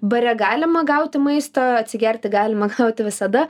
bare galima gauti maisto atsigerti galima gauti visada